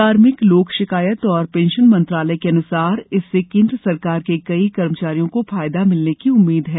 कार्मिक लोक शिकायत और पेंशन मंत्रालय के अनुसार इससे केंद्र सरकार के कई कर्मचारियों को फायदा मिलने की उम्मीद है